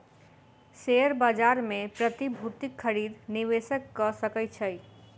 share बाजार मे प्रतिभूतिक खरीद निवेशक कअ सकै छै